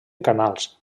canals